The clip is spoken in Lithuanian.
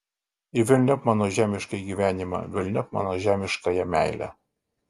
ir velniop mano žemiškąjį gyvenimą velniop mano žemiškąją meilę